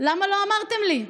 למה לא אמרתם לי?